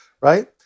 right